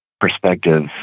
perspective